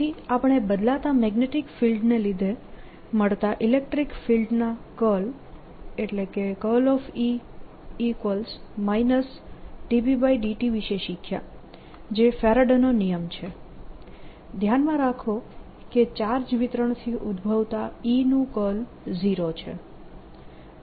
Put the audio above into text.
પછી આપણે બદલાતા મેગ્નેટીક ફિલ્ડને લીધે મળતા ઇલેક્ટ્રીક ફિલ્ડના કર્લ E Bt વિશે શીખ્યા જે ફેરાડેનો નિયમ Faraday's law છે ધ્યાનમાં રાખો કે ચાર્જ વિતરણથી ઉદભવતા E નું કર્લ 0 છે